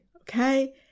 okay